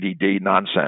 nonsense